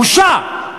בושה.